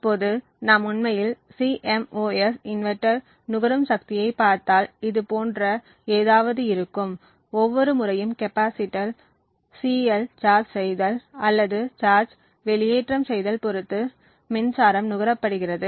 இப்போது நாம் உண்மையில் CMOS இன்வெர்ட்டர் நுகரும் சக்தியைப் பார்த்தால் இது போன்ற ஏதாவது இருக்கும் ஒவ்வொரு முறையும் கெப்பாசிட்டர் CL சார்ஜ் செய்தல் அல்லது சார்ஜ் வெளியேற்றம் செய்தல் பொறுத்து மின்சாரம் நுகரப்படுகிறது